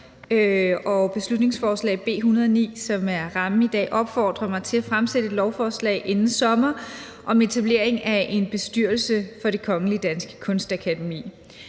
Beslutningsforslag nr. B 109, som er rammen for vores debat i dag, opfordrer mig til at fremsætte et lovforslag inden sommer om etablering af en bestyrelse for Det Kongelige Danske Kunstakademi.